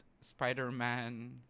Spider-Man